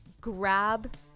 grab